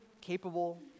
capable